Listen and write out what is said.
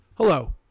Hello